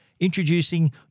Introducing